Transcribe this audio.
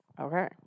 okay